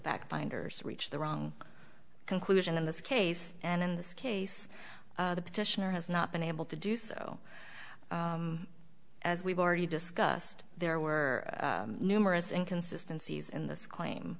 back binders reached the wrong conclusion in this case and in this case the petitioner has not been able to do so as we've already discussed there were numerous in consistencies in this claim